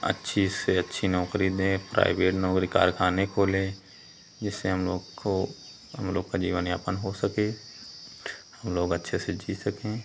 अच्छी से अच्छी नौकरी दें प्राइवेट नौकरी कारख़ाने खोले जिससे हम लोग को हम लोग का जीवन यापन हो सके हम लोग अच्छे से जी सकें